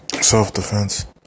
self-defense